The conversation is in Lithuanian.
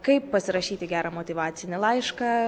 kaip pasirašyti gerą motyvacinį laišką